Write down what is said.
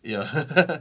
ya